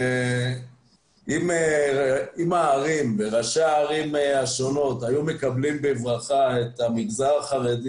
אם ראשי הערים השונות היו מקבלות בברכה את המגזר החרדי